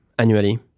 annually